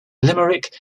limerick